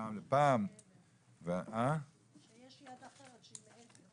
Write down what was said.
ומפעם לפעם -- שיש יד אחרת שהיא מעבר לזה.